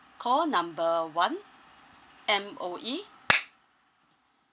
call number one M_O_E